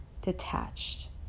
detached